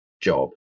job